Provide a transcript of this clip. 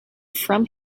from